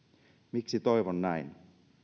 miksi toivon näin